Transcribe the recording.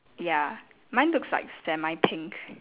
ya mine looks like semi pink